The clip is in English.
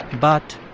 but.